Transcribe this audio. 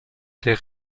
der